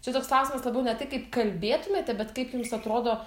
čia toks klausimas labiau ne tai kaip kalbėtumėte bet kaip jums atrodo